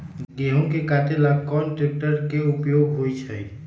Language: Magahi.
गेंहू के कटे ला कोंन ट्रेक्टर के उपयोग होइ छई?